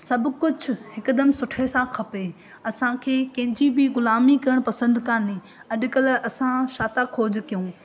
सभु कुझु हिकदमि सुठे सां खपे असांखे कंहिंजी बि ग़ुलामी करणु पसंदि कोन्हे अॼुकल्ह असां छा था खोज कयूं